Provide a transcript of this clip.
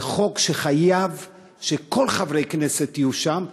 זה חוק שחייבים שכל חברי הכנסת יהיו שם.